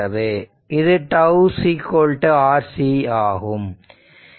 அது τ RC ஆகும்